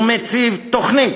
הוא מציב תוכנית,